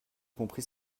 compris